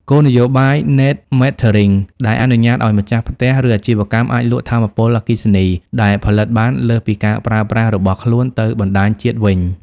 គោលនយោបាយ ណេត ម៉េតថឺរីង "Net Metering" ដែលអនុញ្ញាតឱ្យម្ចាស់ផ្ទះ ឬអាជីវកម្មអាចលក់ថាមពលអគ្គិសនីដែលផលិតបានលើសពីការប្រើប្រាស់របស់ខ្លួនទៅបណ្តាញជាតិវិញ។